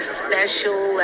special